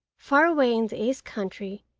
far away in the east country,